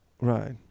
right